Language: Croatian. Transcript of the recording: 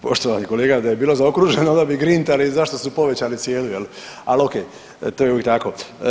Poštovani kolega da je bilo zaokruženo onda bi grintali zašto su povećali cijenu jel, ali ok to je uvijek tako.